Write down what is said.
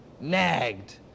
nagged